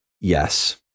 Yes